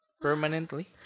permanently